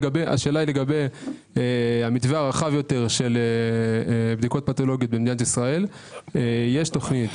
לגבי המתווה הרחב יותר של בדיקות פתולוגיות במדינת ישראל - יש תוכנית.